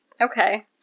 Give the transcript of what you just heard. Okay